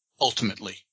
ultimately